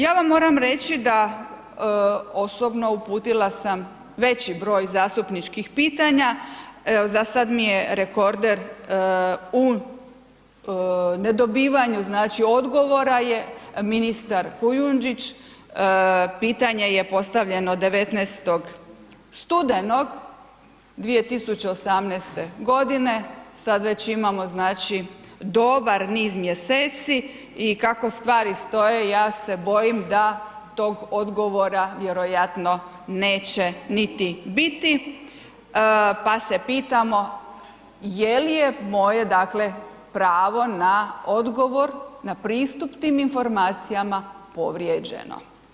Ja vam moram reći da osobno uputila sam veći broj zastupničkih pitanja, evo zasad mi je rekorder u nedobivanju odgovora je ministar Kujundžić, pitanje je postavljeno 19. studenog 2018. g., sad već imamo dobar niz mjeseci i kako stvari stoje, ja se bojim da tog odgovora vjerojatno neće niti biti pa se pitamo je li je moje dakle pravo na odgovor, na pristup tim informacijama povrijeđeno.